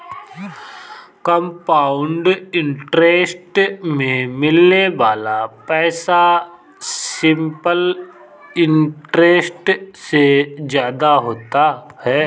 compound interest में मिलने वाला पैसा सिंपल इंटरेस्ट से ज्यादा होता है